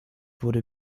wurde